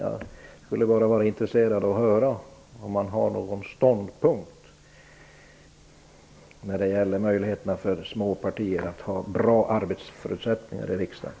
Jag skulle bara vara intresserad av att höra om han har någon ståndpunkt när det gäller möjligheterna för små partier att få bra arbetsförutsättningar i riksdagen.